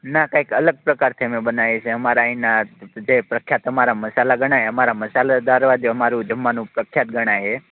ના કંઈક અલગ પ્રકારથી અમે બનાવીએ છીએ અમારે અહીંના જ પ્રખ્યાત અમારા મસાલા ગણાય અમારા મસાલેદાર જમવાનું પ્રખ્યાત ગણાય છે